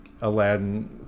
Aladdin